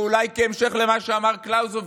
ואולי כהמשך למה שאמר קלאוזביץ,